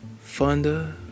Fonda